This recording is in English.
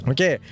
Okay